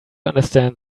understand